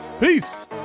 Peace